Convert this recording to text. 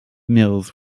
mills